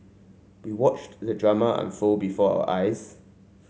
we watched the drama unfold before our eyes